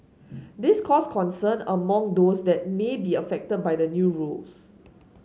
this caused concern among those that may be affected by the new rules